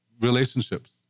relationships